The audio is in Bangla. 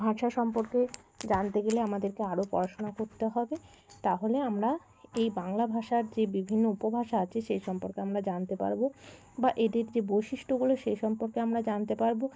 ভাষা সম্পর্কে জানতে গেলে আমাদেরকে আরও পড়াশোনা করতে হবে তাহলে আমরা এই বাংলা ভাষার যে বিভিন্ন উপভাষা আছে সে সম্পর্কে আমরা জানতে পারবো বা এদের যে বৈশিষ্ট্যগুলো সে সম্পর্কে আমরা জানতে পারবো